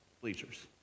bleachers